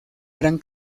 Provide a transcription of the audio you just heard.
gran